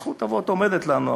זכות אבות עומדת לנו,